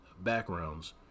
backgrounds